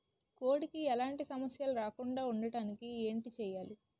కోడి కి ఎలాంటి సమస్యలు రాకుండ ఉండడానికి ఏంటి చెయాలి?